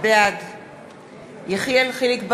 בעד אלי בן-דהן, נגד יחיאל חיליק בר,